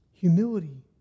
Humility